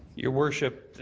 your worship,